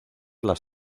las